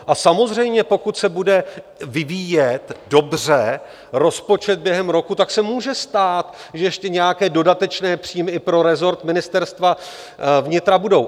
A samozřejmě pokud se bude vyvíjet dobře rozpočet během roku, tak se může stát, že ještě nějaké dodatečné příjmy i pro resort Ministerstva vnitra budou.